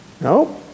No